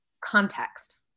context